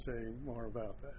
say more about that